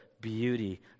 beauty